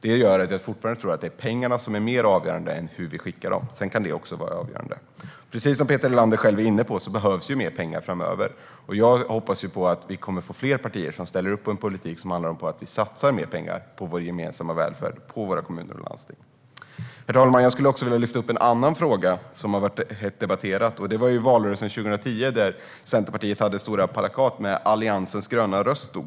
Detta gör att jag fortfarande tror att pengarna är mer avgörande än hur vi skickar dem, vilket i och för sig också kan vara avgörande. Precis som Peter Helander själv är inne på behövs det mer pengar framöver. Jag hoppas att vi får fler partier som ställer upp på en politik som handlar om att vi satsar mer pengar på vår gemensamma välfärd och på våra kommuner och landsting. Herr talman! Jag skulle också vilja lyfta upp en annan fråga som har debatterats hett. I valrörelsen 2010 hade Centerpartiet stora plakat där det stod att de var Alliansens gröna röst.